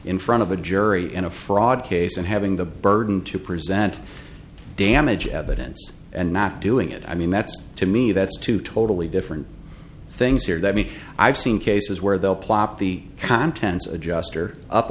in front of a jury in a fraud case and having the burden to present damage evidence and not doing it i mean that's to me that's two totally different things here let me i've seen cases where they'll plop the contents adjuster up